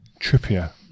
Trippier